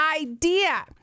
idea